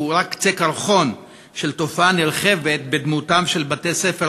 הוא רק קצה הקרחון של תופעה נרחבת בדמותם של בתי-ספר